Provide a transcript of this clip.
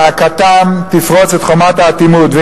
זעקתם תפרוץ את חומת האטימות.